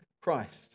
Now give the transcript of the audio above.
Christ